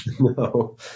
no